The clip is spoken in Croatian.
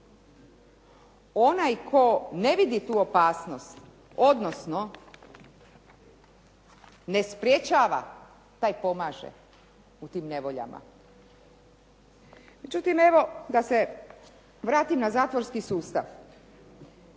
Onaj tko ne vidi tu opasnost odnosno ne sprječava taj pomaže u tim nevoljama. Međutim, evo da se vratim na zatvorski sustav.